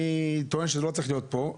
אני טוען שזה לא צריך להיות פה,